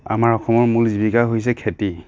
আমাৰ অসমৰ মূল জীৱিকা হৈছে খেতি